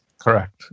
correct